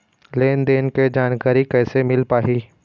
लेन देन के जानकारी कैसे मिल पाही?